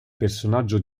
personaggio